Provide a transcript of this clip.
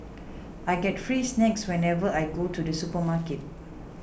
I get free snacks whenever I go to the supermarket